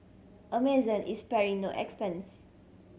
Amazon is sparing no expense